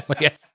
Yes